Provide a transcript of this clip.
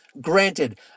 granted